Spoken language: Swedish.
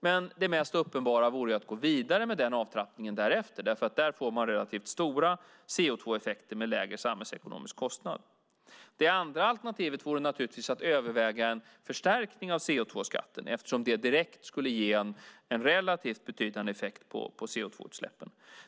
Men det mest uppenbara vore att gå vidare med den avtrappningen därefter, därför att där får man relativt stora CO2-effekter med lägre samhällsekonomisk kostnad. Det andra alternativet vore naturligtvis att överväga en förstärkning av CO2-skatten, eftersom det direkt skulle ge en relativt betydande effekt på CO2-utsläppen.